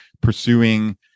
pursuing